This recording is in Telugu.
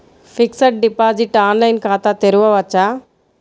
ఫిక్సడ్ డిపాజిట్ ఆన్లైన్ ఖాతా తెరువవచ్చా?